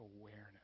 awareness